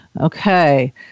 Okay